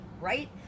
right